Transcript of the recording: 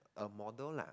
a model lah